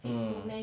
mm